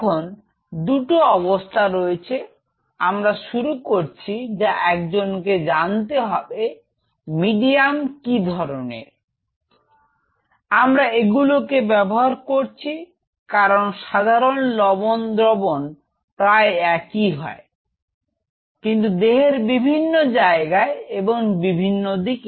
এখন দুটো অবস্থা রয়েছে আমরা শুরু করছি যা একজনকে জানতে হবে মিডিয়াম কি ধরনের আমরা এগুলো ব্যবহার করছি কারণ সাধারণ লবণ দ্রবণ প্রায় একই হয় কিন্তু দেহের বিভিন্ন জায়গায় এবং বিভিন্ন দিকে